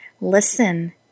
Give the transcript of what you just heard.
Listen